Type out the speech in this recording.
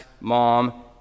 mom